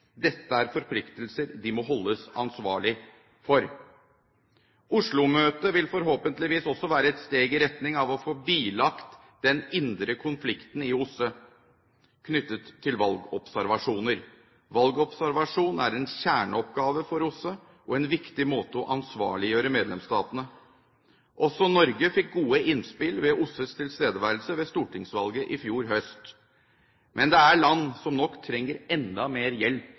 Dette er forpliktelser de må holdes ansvarlig for. Oslo-møtet vil forhåpentligvis også være et steg i retning av å få bilagt den indre konflikten i OSSE, knyttet til valgobservasjoner. Valgobservasjon er en kjerneoppgave for OSSE og en viktig måte å ansvarliggjøre medlemsstatene på. Også Norge fikk gode innspill ved OSSEs tilstedeværelse ved stortingsvalget i fjor høst. Men det er land som nok trenger enda mer hjelp